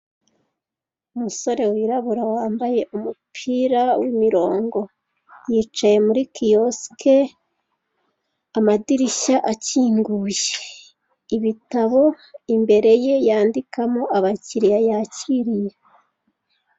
Umusore wirabura wambaye umupira w'uburongo yicaye muri kiyosike amadirishya akinguye, ibitabo imbere ye yandikamo abakiriya yakiriye.